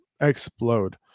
explode